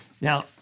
Now